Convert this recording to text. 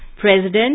President